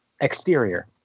Exterior